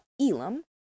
Elam